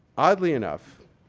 oddly enough,